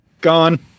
Gone